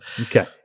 Okay